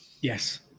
Yes